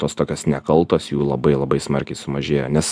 tos tokios nekaltos jų labai labai smarkiai sumažėjo nes